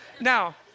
now